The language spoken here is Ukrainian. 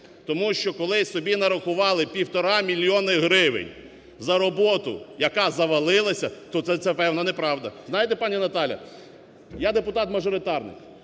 Тому що коли собі нарахували 1,5 мільйони гривень за роботу, яка завалилася, то це певно неправда. Знаєте, пані Наталія, я депутат-мажоритарник,